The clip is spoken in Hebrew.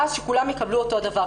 ואז שכולם יקבלו אותו דבר,